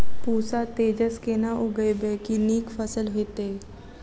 पूसा तेजस केना उगैबे की नीक फसल हेतइ?